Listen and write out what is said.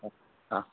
ஆ ஆ